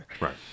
Right